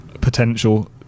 potential